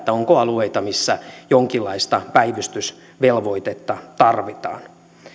onko alueita missä jonkinlaista päivystysvelvoitetta tarvitaan